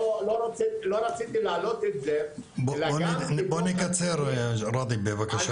לא רציתי להעלות את זה --- בוא נקצר בבקשה.